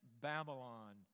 Babylon